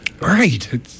Right